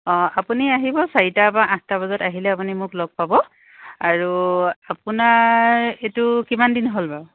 অঁ আপুনি আহিব চাৰিটাৰ পৰা আঠটা বজাত আহিলে আপুনি মোক লগ পাব আৰু আপোনাৰ এইটো কিমান দিন হ'ল বাৰু